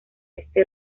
este